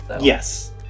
yes